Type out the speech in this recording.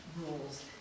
rules